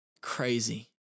crazy